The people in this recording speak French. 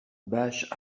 bâche